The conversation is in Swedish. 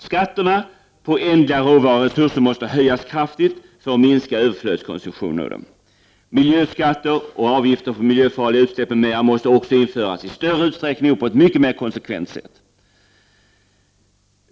Skatterna på ändliga råvaruresurser måste höjas kraftigt för att minska överflödskonsumtionen av dem. Miljöskatter och avgifter på miljöfarliga utsläpp m.m. måste också införas i större utsträckning och på ett mycket mer konsekvent sätt.